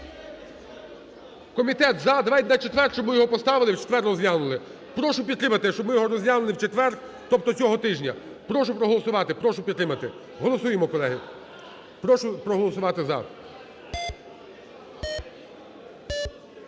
Комітет "за", давайте на четвер, щоб ми його поставили і в четвер розглянули. Прошу підтримати, щоб ми його розглянули в четвер, тобто цього тижня. Прошу проголосувати, прошу підтримати, голосуємо, колеги. Прошу проголосувати "за".